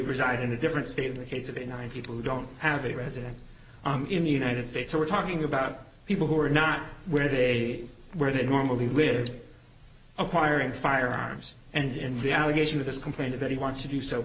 reside in a different state of the case of a nine people who don't have a resident in the united states or we're talking about people who are not where they where they normally live acquiring firearms and the allegation of this complaint is that he wants to do so